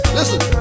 Listen